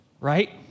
Right